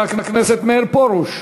חבר הכנסת מאיר פרוש,